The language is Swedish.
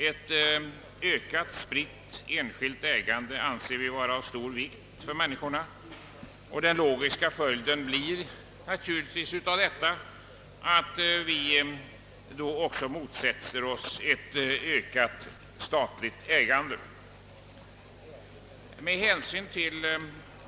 En ökad spridning av det enskilda ägandet anser vi vara av stor betydelse för människorna, och den logiska följden blir att vi motsätter oss ett ökat statligt ägande.